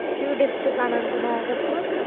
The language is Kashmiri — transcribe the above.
یہِ چھُ ڈِسٹِرک اننت ناگس منٛز